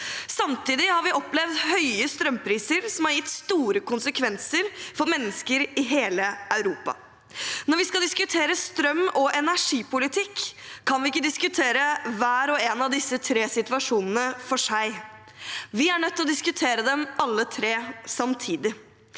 Samtidig har vi opplevd høye strømpriser som har gitt store konsekvenser for mennesker i hele Europa. Når vi skal diskutere strøm- og energipolitikk, kan vi ikke diskutere disse tre situasjonene hver for seg. Vi er nødt til å diskutere alle tre samtidig.